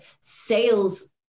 sales